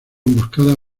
emboscada